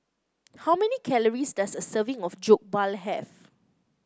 how many calories does a serving of Jokbal have